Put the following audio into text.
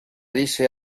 dice